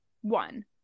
One